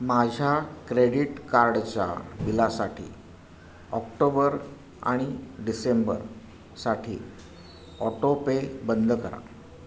माझ्या क्रेडीट कार्डच्या बिलासाठी ऑक्टोबर आणि डिसेंबरसाठी ऑटोपे बंद करा